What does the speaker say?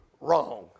wrong